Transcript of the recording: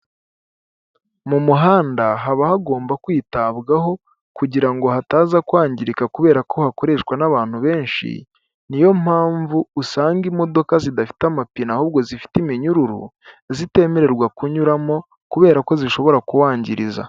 Mu muhanda haba hagomba kwitabwaho kugira ngo hataza kwangirika kubera ko hakoreshwa n'abantu benshi, ni yo mpamvu usanga imodoka zidafite amapine ahubwo zifite iminyururu zitemererwa kunyuramo kubera ko zishobora kuwangiriza.